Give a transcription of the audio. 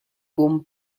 buon